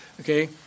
Okay